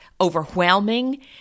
overwhelming